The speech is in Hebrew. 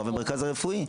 רב המרכז הרפואי.